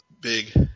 big